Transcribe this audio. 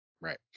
right